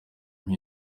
nta